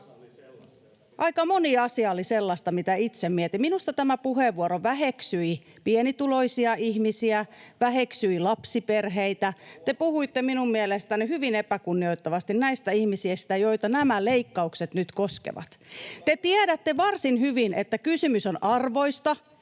Aika moni asia oli sellaista, mitä itse mietin. Minusta tämä puheenvuoro väheksyi pienituloisia ihmisiä, väheksyi lapsiperheitä, te puhuitte minun mielestäni [Ben Zyskowicz: Ahaa, enpä huomannut!] hyvin epäkunnioittavasti näistä ihmisistä, joita nämä leikkaukset nyt koskevat. Te tiedätte varsin hyvin, että kysymys on arvoista,